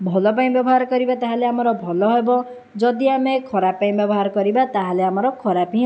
ଭଲ ପାଇଁ ବ୍ୟବହାର କରିବା ତାହେଲେ ଆମର ଭଲ ହେବ ଯଦି ଆମେ ଖରାପ ପାଇଁ ବ୍ୟବହାର କରିବା ତାହେଲେ ଆମର ଖରାପ ହିଁ